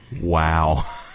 Wow